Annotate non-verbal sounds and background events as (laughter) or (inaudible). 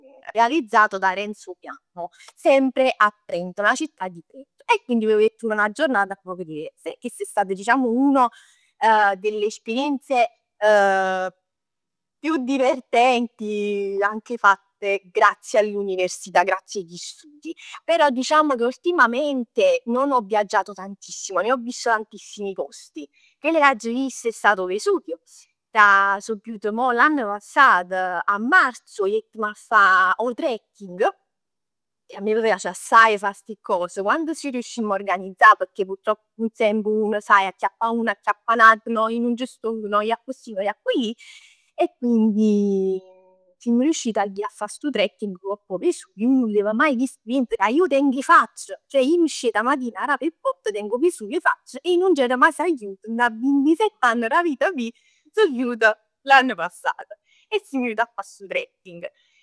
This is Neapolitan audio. Realizzato da Renzo Piano, sempre a Trento, una città di lì e quindi vivettm 'na giornata nu poc diversa e chist è stato diciamo uno delle esperienze (hesitation) più divertenti, anche fatte grazie all'univesità, grazie agli studi. Però diciamo che ultimamente non ho viaggiato tantissimo, nè ho visto tantissimi posti. Chell che aggia vist è stato 'o Vesuvio, ca so jut mo l'ann passat a Marzo, jettm a fa 'o trekking. Che a me m' piace assaje a fa sti cos. Quando ci riuscimmo a organizzà pecchè purtroppo nun semp uno sai acchiappa a uno, acchiappa a n'ato, no io nun c'stong, no io accussì e no io accullì. E quindi simm riusciti a ji a fa stu trekking ngopp 'o vesuvio. Ij nun l'avev mai visto, pienz ca io 'o teng 'e facc. Ceh io m' scet 'a matin, arapr 'e port, teng 'o Vesuvio 'e facc e ij nun c'ero mai sagliut dint 'a vintisett ann d' 'a vita meja, so jut l'ann passat. E simm jut a fa stu trekking.